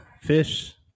Fish